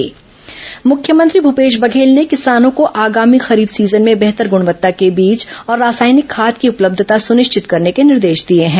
corona खरीफ तैयारी मुख्यमंत्री भूपेश बघेल ने किसानों को आगामी खरीफ सीजन में बेहतर गुणवत्ता के बीज और रासायनिक खाद की उपलब्धता सुनिश्चित करने के निर्देश दिए हैं